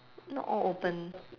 not all open